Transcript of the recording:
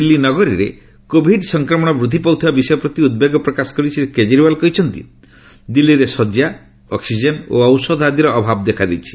ଦିଲ୍ଲୀ ନଗରୀରେ କୋଭିଡ୍ ସଂକ୍ରମଣ ବୃଦ୍ଧି ପାଉଥିବା ବିଷୟ ପ୍ରତି ଉଦ୍ବେଗ ପ୍ରକାଶ କରି ଶ୍ରୀ କେଜରିୱାଲ କହିଛନ୍ତି ଦିଲ୍ଲୀରେ ଶଯ୍ୟା ଅକ୍ଟିଜେନ୍ ଓ ଔଷଧ ଆଦିର ଅଭାବ ଦେଖାଦେଇଛି